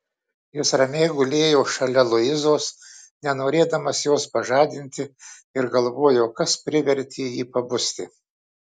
jis ramiai gulėjo šalia luizos nenorėdamas jos pažadinti ir galvojo kas privertė jį pabusti